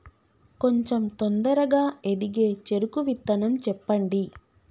కొంచం తొందరగా ఎదిగే చెరుకు విత్తనం చెప్పండి?